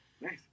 Nice